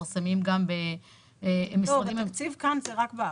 לא התקציב כאן זה רק בארץ.